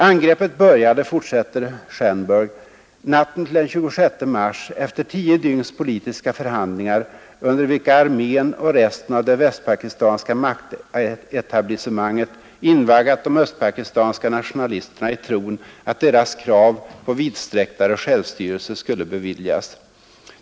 Angreppet började natten till den 26 mars efter tio dygns politiska förhandlingar under vilka armén och resten av det västpakistanska maktetablissemanget invaggat de östpakistanska nationalisterna i tron att deras krav på vidsträcktare självstyrelse skulle beviljas.